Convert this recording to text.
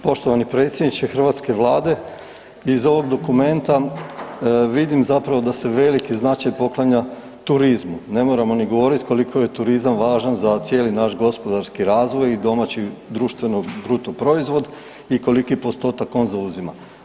Poštovani predsjedniče hrvatske Vlade, iz ovog dokumenta vidim zapravo da se veliki značaj poklanja turizmu, ne moramo ni govoriti koliko je turizam važan za cijeli naš gospodarski razvoj i domaći društveno brutoproizvod i koliki postotak on zauzima.